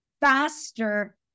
faster